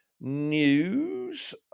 News